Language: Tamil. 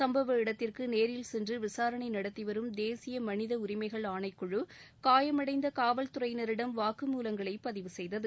சும்பவ இடத்திற்கு நேரில் சென்று விசாரணை நடத்திவரும் தேசிய மனித உரிமைகள் ஆணைக்குழு காயமடைந்த காவல் துறையினரிடம் வாக்குமூவங்களை பதிவு செய்தது